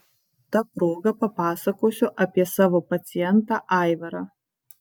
ta proga papasakosiu apie savo pacientą aivarą